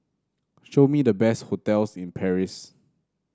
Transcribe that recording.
show me the best hotels in Paris